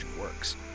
works